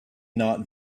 not